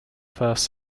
first